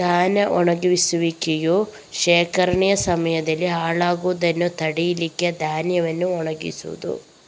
ಧಾನ್ಯ ಒಣಗಿಸುವಿಕೆಯು ಶೇಖರಣೆಯ ಸಮಯದಲ್ಲಿ ಹಾಳಾಗುದನ್ನ ತಡೀಲಿಕ್ಕೆ ಧಾನ್ಯವನ್ನ ಒಣಗಿಸುದು